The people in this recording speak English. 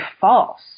false